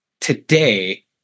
today